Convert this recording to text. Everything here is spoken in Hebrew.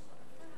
בבקשה, אדוני.